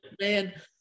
man